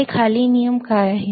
तर हे खालील नियम काय आहेत